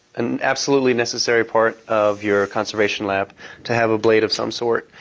an absolutely necessary part of your conservation lab to have a blade of some sort.